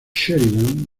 sheridan